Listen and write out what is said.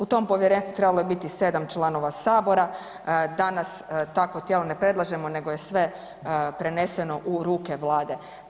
U tom povjerenstvu trebalo je biti 7 članova Sabora, danas takvo tijelo ne predlažemo nego je sve preneseno u ruke Vlade.